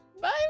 Bye